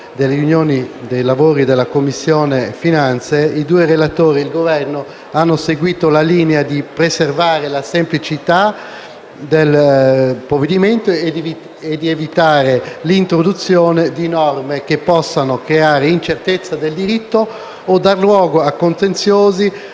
delle riunioni dei lavori della Commissione finanze, i due relatori e il Governo hanno seguito la linea di preservare la semplicità del provvedimento e di evitare l'introduzione di norme che possano creare incertezza del diritto o dare luogo a contenziosi